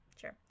Sure